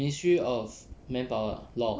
ministry of manpower ah law